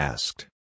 Asked